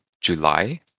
July